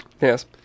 Yes